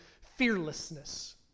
fearlessness